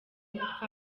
gupfa